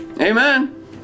Amen